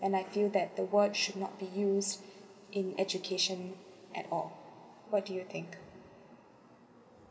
and I feel that the word should not be used in education at all what do you think